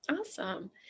Awesome